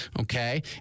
okay